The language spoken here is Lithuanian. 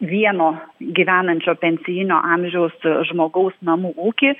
vieno gyvenančio pensijinio amžiaus žmogaus namų ūkį